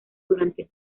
durante